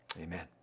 amen